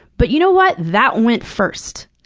but you know what? that went first.